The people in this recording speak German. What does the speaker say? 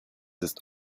ist